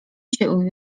się